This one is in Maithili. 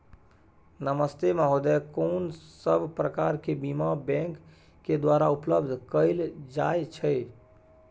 नमस्ते महोदय, कोन सब प्रकार के बीमा बैंक के द्वारा उपलब्ध कैल जाए छै?